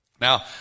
Now